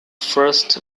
first